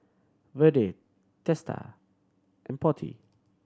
Vedre Teesta and Potti